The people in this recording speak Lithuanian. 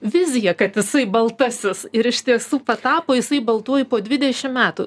vizija kad jisai baltasis ir iš tiesų patapo jisai baltuoju po dvidešim metų